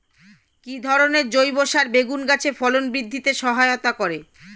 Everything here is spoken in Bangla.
কি ধরনের জৈব সার বেগুন গাছে ফলন বৃদ্ধিতে সহায়তা করে?